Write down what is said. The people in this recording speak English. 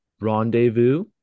Rendezvous